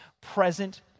Present